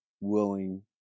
willing